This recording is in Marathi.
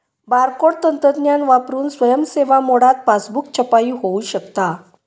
बारकोड तंत्रज्ञान वापरून स्वयं सेवा मोडात पासबुक छपाई होऊ शकता